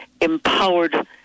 empowered